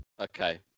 Okay